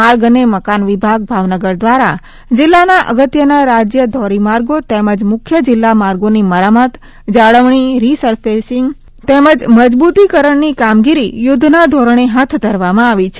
માર્ગ અને મકાન વિભાગ ભાવનગર દ્રારા જિલ્લાના અગત્યના રાજ્ય ધોરીમાર્ગો તેમજ મુખ્ય જિલ્લા માર્ગોની મરામત જાળવણી રીસરફેસિંગ તેમજ મજબૂતીકરણની કામગીરી યુધ્ધના ધોરણે હાથ ધરવામાં આવી છે